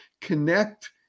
connect